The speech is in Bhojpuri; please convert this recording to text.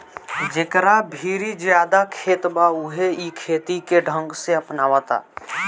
जेकरा भीरी ज्यादे खेत बा उहे इ खेती के ढंग के अपनावता